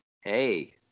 Hey